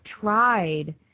tried